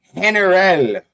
general